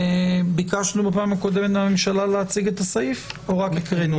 ביקשנו בפעם הקודמת מהממשלה להציג את הסעיף או רק הקראנו אותו?